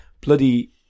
bloody